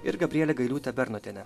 ir gabrielė gailiūtė bernotienė